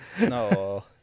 no